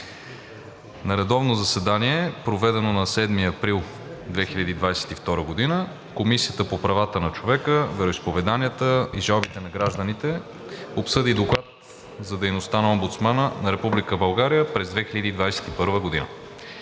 На редовно заседание, проведено на 7 април 2022 г., Комисията по правата на човека, вероизповеданията и жалбите на гражданите обсъди Доклад за дейността на Омбудсмана на Република